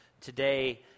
today